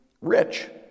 rich